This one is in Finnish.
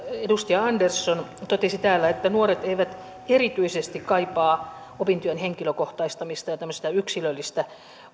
edustaja andersson totesi täällä että nuoret eivät erityisesti kaipaa opintojen henkilökohtaistamista ja tämmöistä yksilöllistä